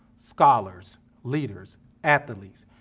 scholars leaders at the lees.